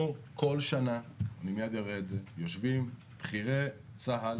אנחנו כל שנה יושבים, בכירי צה"ל